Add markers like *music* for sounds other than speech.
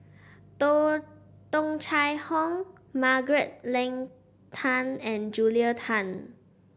*unintelligible* Tung Chye Hong Margaret Leng Tan and Julia Tan